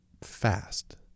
fast